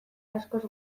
askoz